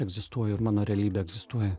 egzistuoju ir mano realybė egzistuoja